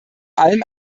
allem